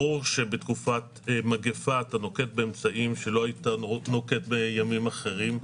ברור שבתקופת מגיפה אתה נוקט באמצעים שלא היית נוקט בימים אחרים.